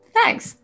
Thanks